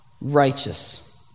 righteous